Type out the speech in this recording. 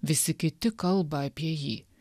visi kiti kalba apie jį